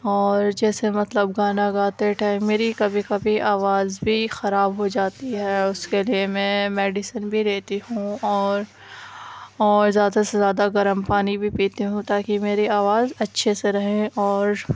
اور جیسے مطلب گانا گاتے ٹائم میری کبھی کبھی آواز بھی خراب ہو جاتی ہے اس کے لیے میں میڈیسین بھی لیتی ہوں اور اور زیادہ سے زیادہ گرم پانی بھی پیتی ہوں تاکہ میری آواز اچھے سے رہے اور